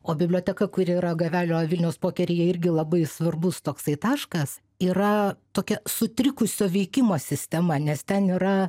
o biblioteka kuri yra gavelio vilniaus pokeryje irgi labai svarbus toksai taškas yra tokia sutrikusio veikimo sistema nes ten yra